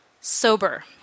sober